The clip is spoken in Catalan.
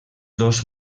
dos